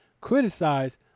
criticize